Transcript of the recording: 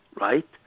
right